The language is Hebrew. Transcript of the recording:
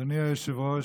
אדוני היושב-ראש,